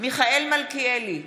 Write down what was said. מיכאל מלכיאלי,